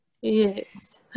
Yes